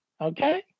Okay